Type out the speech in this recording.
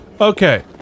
Okay